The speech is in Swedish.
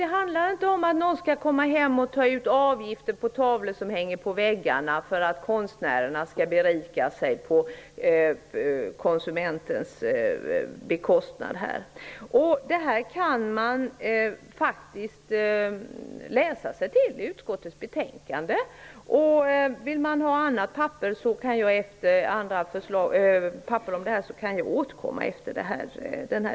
Det handlar inte om att någon skall komma hem och ta ut avgifter på tavlor som hänger på väggarna och därmed att konstnärerna skall berika sig på konsumentens bekostnad. Detta går att läsa sig till i utskottets betänkande. Jag kan återkomma efter denna debatt med mer papper till Bertil Persson.